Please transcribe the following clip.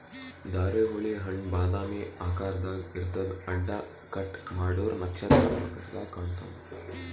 ಧಾರೆಹುಳಿ ಹಣ್ಣ್ ಬಾದಾಮಿ ಆಕಾರ್ದಾಗ್ ಇರ್ತದ್ ಅಡ್ಡ ಕಟ್ ಮಾಡೂರ್ ನಕ್ಷತ್ರ ಆಕರದಾಗ್ ಕಾಣತದ್